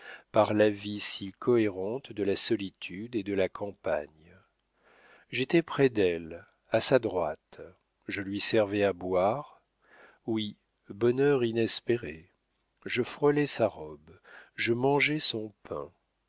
par la vie si cohérente de la solitude et de la campagne j'étais près d'elle à sa droite je lui servais à boire oui bonheur inespéré je frôlais sa robe je mangeais son pain